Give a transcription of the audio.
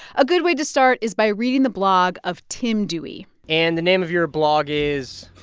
a good way to start is by reading the blog of tim duy and the name of your blog is.